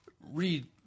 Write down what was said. read